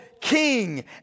King